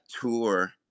tour